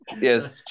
Yes